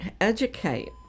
educate